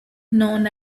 known